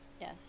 Yes